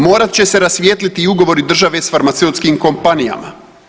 Morat će se rasvijetliti i ugovori države s farmaceutskim kompanijama.